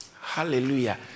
Hallelujah